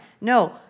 No